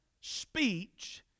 speech